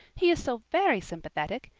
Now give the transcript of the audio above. he is so very sympathetic.